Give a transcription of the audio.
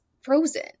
frozen